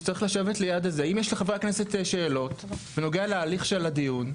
שצריך לשבת פה אם לחברי הכנסת יש שאלות בנוגע להליך של הדיון.